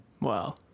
Wow